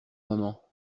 maman